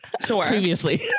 previously